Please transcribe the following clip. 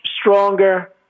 stronger